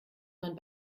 man